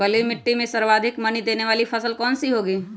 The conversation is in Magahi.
बलुई मिट्टी में सर्वाधिक मनी देने वाली फसल कौन सी होंगी?